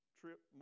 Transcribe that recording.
trip